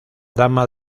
dama